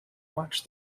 watch